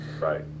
Right